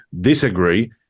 disagree